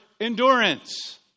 endurance